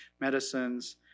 medicines